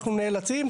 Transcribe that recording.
אנחנו נאלצים,